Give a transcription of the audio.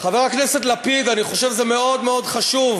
חבר הכנסת לפיד, אני חושב זה מאוד חשוב,